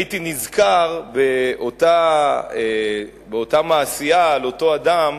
הייתי נזכר באותה מעשייה על אותו אדם,